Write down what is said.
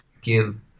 give